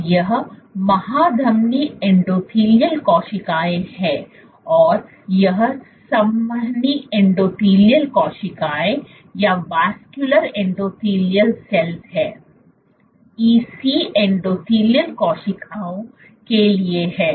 तो यह महाधमनी एंडोथेलियल कोशिकाएं हैं और यह संवहनी एंडोथेलियल कोशिकाएं हैं EC एंडोथेलियल कोशिकाओं के लिए है